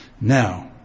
now